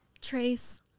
Trace